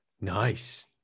Nice